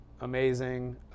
amazing